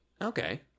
Okay